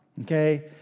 okay